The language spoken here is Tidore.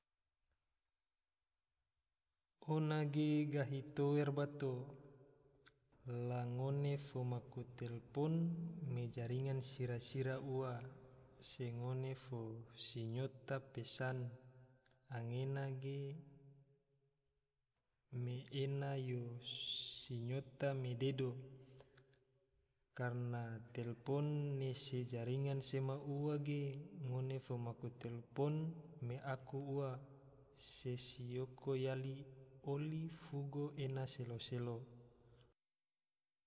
Ona ge gahi tower bato, la ngone fo maku telpon me jaringan sira-sira ua, swe ngone fo sinyota pesan anggena ge, me ena yo sinyita me dedo, karna telpon ne se jaringan sema ua ge ngona fo maku telpon me aku ua, se siyoko yali oli fugo ena selo-selo